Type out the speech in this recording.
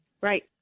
Right